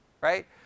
Right